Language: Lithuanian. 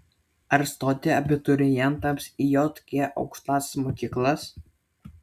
ar stoti abiturientams į jk aukštąsias mokyklas